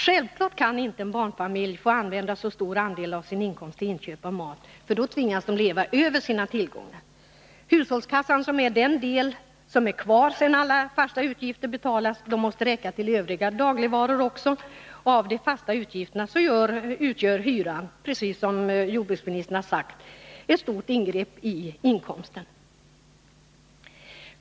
Självklart kan inte en barnfamilj få använda så stor andel av sin inkomst till inköp av mat. Då tvingas de leva över sina tillgångar. Hushållskassan, som är den del som är kvar sedan alla fasta utgifter har betalats, måste räcka till övriga dagligvaror också. När det gäller de fasta utgifterna gör hyran, precis som jordbruksministern har sagt, ett stort ingrepp i inkomsten.